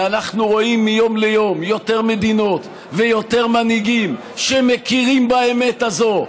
ואנחנו רואים מיום ליום יותר מדינות ויותר מנהיגים שמכירים באמת הזאת,